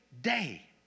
day